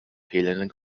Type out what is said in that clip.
fehlenden